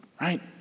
right